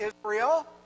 Israel